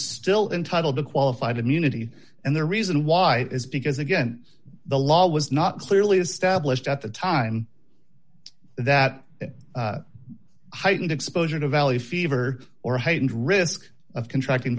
still entitle the qualified immunity and the reason why is because again the law was not clearly established at the time that heightened exposure to valley fever or heightened risk of contracting